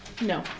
No